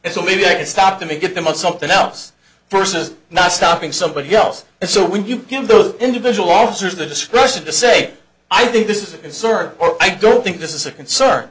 e so maybe i can stop them and get them on something else forces not stopping somebody else and so when you give those individual officers the discretion to say i think this is a concern or i don't think this is a concern